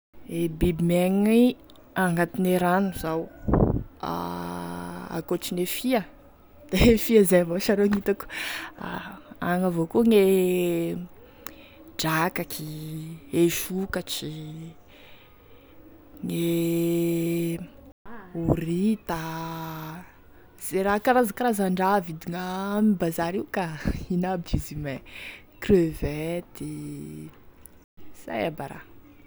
E biby miaigny agnatine rano zao, a ankoatrane fia, da e fia zay sha rô gne hitako, agny avao koa gne drakaky e sokatry gne orita ze raha karaza karazandraha avidigna am-bazary io ka, ino aby izy io mei, crevette, zay aby e ra.